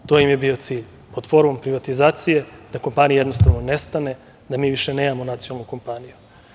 To je bio cilj privatizacije, da kompanija jednostavno nestane, da mi više nemamo nacionalnu kompaniju.